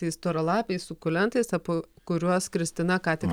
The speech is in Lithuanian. tais storalapiais sukulentais apie kuriuos kristina ką tik